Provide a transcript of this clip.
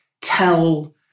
tell